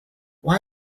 why